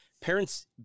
parents